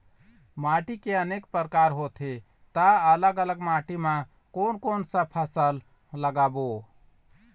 माटी के अनेक प्रकार होथे ता अलग अलग माटी मा कोन कौन सा फसल लगाबो?